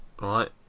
right